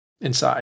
inside